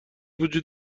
وجود